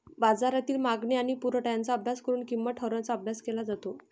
बाजारातील मागणी आणि पुरवठा यांचा अभ्यास करून किंमत ठरवण्याचा अभ्यास केला जातो